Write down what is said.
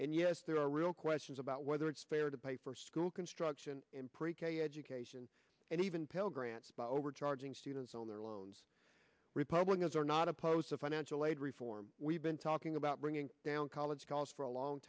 and yes there are real questions about whether it's fair to pay for school construction in pre k education and even pell grants by over charging students on their loans republicans are not opposed to financial aid reform we've been talking about bringing down college calls for a long